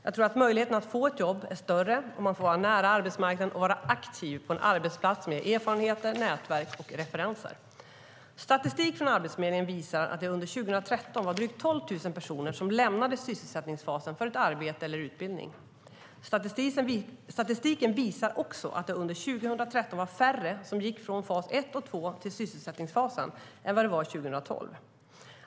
Jag tror att möjligheten att få ett jobb är större om man får vara nära arbetsmarknaden och vara aktiv på en arbetsplats som ger erfarenheter, nätverk och referenser. Statistik från Arbetsförmedlingen visar att det under 2013 var drygt 12 000 personer som lämnade sysselsättningsfasen för ett arbete eller utbildning. Statistiken visar också att det under 2013 var färre som gick från fas 1 och 2 till sysselsättningsfasen än vad det var 2012.